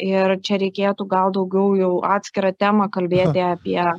ir čia reikėtų gal daugiau jau atskira tema kalbėti apie